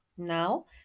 Now